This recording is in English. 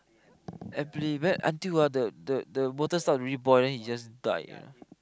happily wait until ah the the the water start really boil then it just died